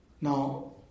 now